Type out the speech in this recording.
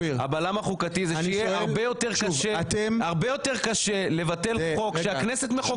הבלם החוקתי הוא שיהיה הרבה יותר קשה לבטל חוק שהכנסת מחוקקת,